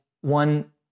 one